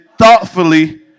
Thoughtfully